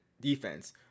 defense